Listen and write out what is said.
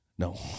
No